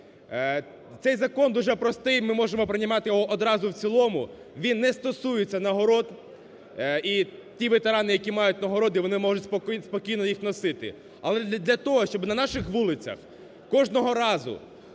Цей закон дуже простий, і ми можемо приймати його одразу в цілому. Він не стосується нагород, і ті ветерани, які мають нагороди, вони можуть спокійно їх носити. Але для того, щоб на наших вулицях кожного разу